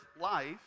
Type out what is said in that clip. life